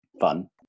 fun